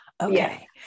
Okay